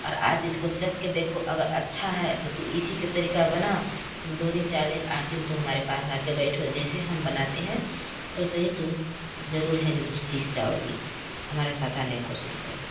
और आज इसको चख के देखो अगर अच्छा है तो तुम इसी के तरीका बनाओ तुम दो दिन चार दिन आठ दिन तुम हमारे पास आके बैठो जैसे हम बनाते हैं वैसे ही तुम जरूर है जो तुम सीख जाओगी हमारे साथ आने की कोशिश करो